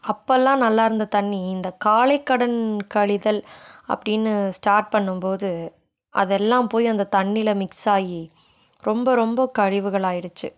அப்போலாம் நல்லா இருந்த தண்ணி இந்த காலைக்கடன் கழித்தல் அப்படின்னு ஸ்டார்ட் பண்ணும்போது அதெல்லாம் போய் அந்த தண்ணியில மிக்ஸ் ஆகி ரொம்ப ரொம்ப கழிவுகளாயிடுச்சு